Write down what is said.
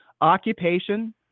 Occupation